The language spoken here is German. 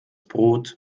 brot